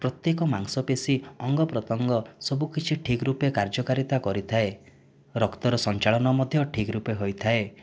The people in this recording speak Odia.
ପ୍ରତ୍ୟେକ ମାଂସପେଶୀ ଅଙ୍ଗପ୍ରତ୍ୟଙ୍ଗ ସବୁକିଛି ଠିକ୍ ରୂପେ କାର୍ଯ୍ୟକାରୀତା କରିଥାଏ ରକ୍ତର ସଞ୍ଚାଳନ ମଧ୍ୟ ଠିକ୍ ରୂପେ ହୋଇଥାଏ